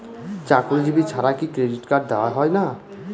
চাকুরীজীবি ছাড়া কি ক্রেডিট কার্ড দেওয়া হয় না?